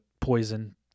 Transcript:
poison